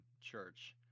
church